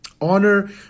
Honor